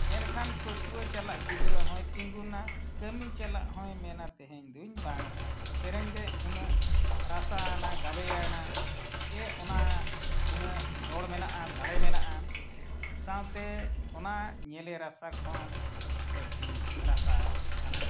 ᱮᱱᱠᱷᱟᱱ ᱯᱟᱹᱴᱷᱩᱣᱟᱹ ᱪᱟᱞᱟᱜ ᱜᱤᱫᱽᱨᱟᱹ ᱦᱚᱸᱭ ᱛᱤᱸᱜᱩᱱᱟ ᱠᱟᱹᱢᱤ ᱪᱟᱞᱟᱜ ᱦᱚᱸᱭ ᱢᱮᱱᱟ ᱛᱮᱦᱮᱧ ᱫᱩᱧ ᱵᱟᱝᱟᱜᱼᱟ ᱥᱨᱮᱧ ᱨᱮ ᱩᱱᱟᱹᱜ ᱨᱟᱥᱟᱣᱟᱱᱟ ᱜᱟᱵᱮᱭᱟᱱᱟ ᱥᱮ ᱚᱱᱟ ᱩᱱᱟᱹᱜ ᱫᱚᱲ ᱢᱮᱱᱟᱜᱼᱟ ᱫᱟᱲᱮ ᱢᱮᱱᱟᱜᱼᱟ ᱥᱟᱶᱛᱮ ᱚᱱᱟ ᱧᱮᱞᱮ ᱨᱟᱥᱟ ᱠᱷᱚᱱ ᱵᱟᱹᱲᱛᱤ ᱨᱟᱥᱟ ᱦᱮᱱᱟᱜᱼᱟ